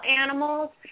animals